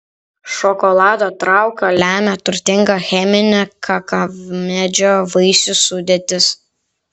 šokolado trauką lemia turtinga cheminė kakavmedžio vaisių sudėtis